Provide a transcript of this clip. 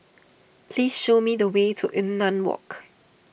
please show me the way to Yunnan Walk